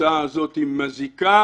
ההצעה הזאת היא מזיקה,